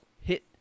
hit